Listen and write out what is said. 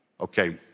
Okay